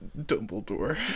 Dumbledore